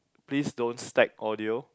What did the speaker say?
please don't stack audio